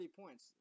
points